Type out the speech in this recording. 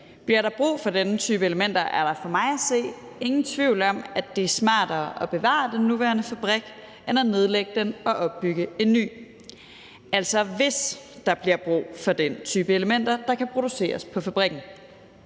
Bliver der brug for denne type elementer, er der for mig at se ingen tvivl om, at det er smartere at bevare den nuværende fabrik end at nedlægge den og bygge en ny; altså hvis der bliver brug for den type elementer, der kan produceres på fabrikken.